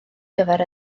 gyfer